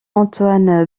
antoine